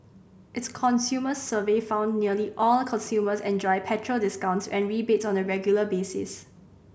its consumer survey found nearly all consumers enjoy petrol discounts and rebates on a regular basis